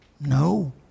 No